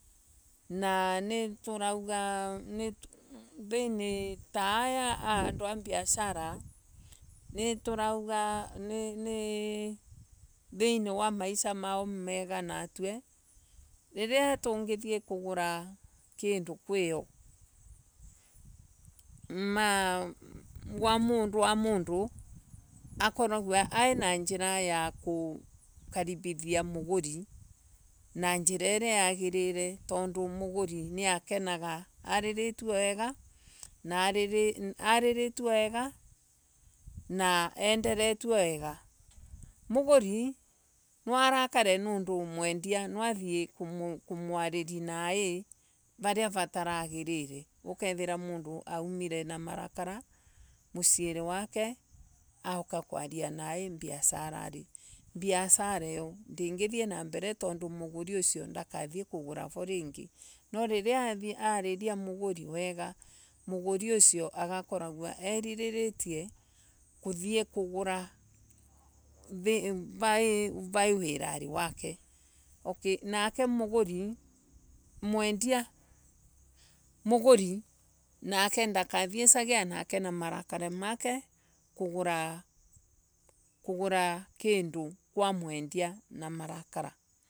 Na niturauga ta aya undu a mbiasara niturauga ni Ni Thiini wa maisha mao mega natue. rino tungithii kugura kindu kwio. wamundu wamundu akoragwe ai na njira ya kukaririthia muguri na njira iria yogirire. Tondu muguri niakenagoriria ariritwe wegu na enderetwe wega. Muguri niarakwe niundu mwendia niathii kumwariria nai varia vataragirire ukethira mundu aumire na marakara muciiri wake guku kuoria nai mbiasarari. Mbiasara iyo ndingithii na mbere tondu ndakathii vo ringi no riria oririe muguri wega muguri ucio agakorogwa eriritie kuthii kugura vai wirari wake. Nake mwendia muguri nake ndakathiesaga na marakara make kugura kindu na marakara.